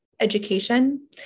education